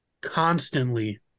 constantly